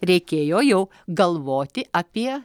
reikėjo jau galvoti apie